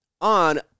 on